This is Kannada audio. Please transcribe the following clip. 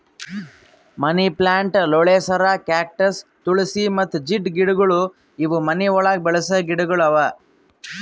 ಮನಿ ಪ್ಲಾಂಟ್, ಲೋಳೆಸರ, ಕ್ಯಾಕ್ಟಸ್, ತುಳ್ಸಿ ಮತ್ತ ಜೀಡ್ ಗಿಡಗೊಳ್ ಇವು ಮನಿ ಒಳಗ್ ಬೆಳಸ ಗಿಡಗೊಳ್ ಅವಾ